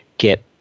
Get